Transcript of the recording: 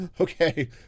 Okay